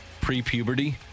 Pre-puberty